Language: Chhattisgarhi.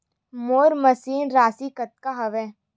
मोर मासिक राशि कतका हवय?